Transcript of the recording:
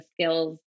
skills